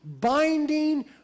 binding